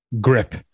grip